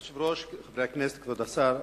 אדוני היושב-ראש, חברי הכנסת, כבוד השר,